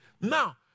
Now